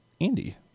Andy